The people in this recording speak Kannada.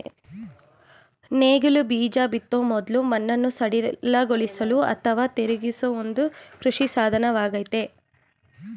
ನೇಗಿಲು ಬೀಜ ಬಿತ್ತೋ ಮೊದ್ಲು ಮಣ್ಣನ್ನು ಸಡಿಲಗೊಳಿಸಲು ಅಥವಾ ತಿರುಗಿಸೋ ಒಂದು ಕೃಷಿ ಸಾಧನವಾಗಯ್ತೆ